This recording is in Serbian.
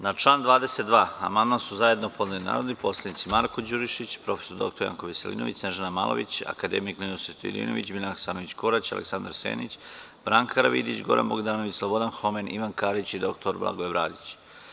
Na član 22. amandman su zajedno podneli narodni poslanici Marko Đurišić, prof. dr Janko Veselinović, Snežana Malović, akademik Ninoslav Stojadinović, Biljana Hasanović Korać, Aleksandar Senić, Branka Karavidić, Goran Bogdanović, Slobodan Homen, Ivan Karić i dr Blagoje Bradić.